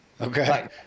Okay